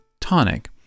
tonic